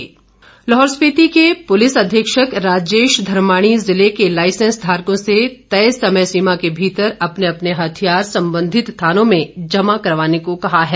SP Lahaul Spiti Lahaul Spiti के पूलिस अधीक्षक राजेश धर्माणी जिले के लाइसेंस धारकों से तय समय सीमा के भीतर अपने अपने हथियार संबधित थानों में जमा करवाने को कहा है